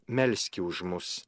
melski už mus